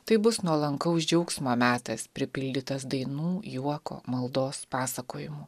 tai bus nuolankaus džiaugsmo metas pripildytas dainų juoko maldos pasakojimų